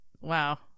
Wow